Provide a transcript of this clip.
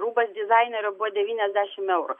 rūbas dizainerio buvo devyniasdešim eurų